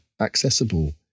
accessible